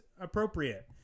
appropriate